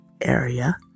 area